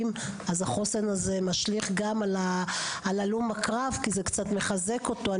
אז החוסן הזה משליך גם על הלום הקרב כי זה קצת מחזק אותו.